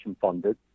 funded